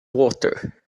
water